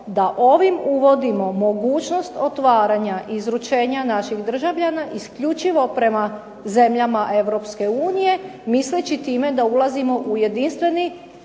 da ovim uvodimo mogućnost otvaranja izručenja naših državljana isključivo prema zemljama Europske unije, misleći time da ulazimo u jedinstveni